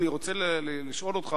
אני רוצה לשאול אותך,